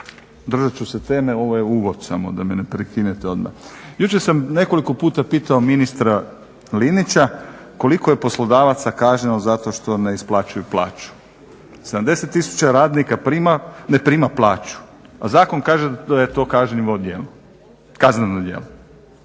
Držat ću se teme, ovo je uvod samo da me ne prekinete odmah. Jučer sam nekoliko puta pitao ministra Linića koliko je poslodavaca kažnjeno zato što ne isplaćuju plaću? 70 tisuća radnika ne prima plaću, a zakon kaže da je to kazneno djelo.